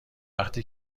وقتی